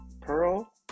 Pearl